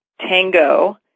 tango